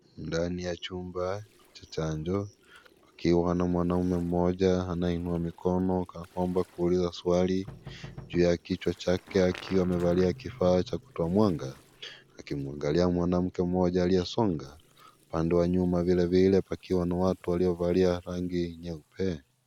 Ndani ya chumba cha chanjo, kukiwa na mwanaume mmoja anayeinua mikono kana kwamba kuuliza swali. Juu ya kichwa chake akiwa amevalia kifaa cha kutoa mwanga. Akimwangalia mwanamke mmoja aliyesonga. Upande wa nyuma vile vile pakiwa na watu waliovalia rangi nyeupe.